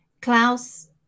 klaus